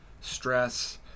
stress